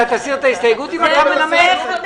תודה רבה.